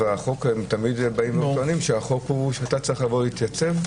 ותמיד אומרים שהחוק הוא שאתה צריך לבוא להתייצב.